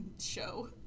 show